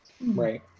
right